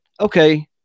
Okay